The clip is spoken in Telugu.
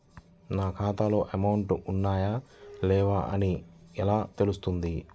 నా ఖాతాలో అమౌంట్ ఉన్నాయా లేవా అని ఎలా తెలుస్తుంది?